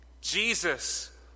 Jesus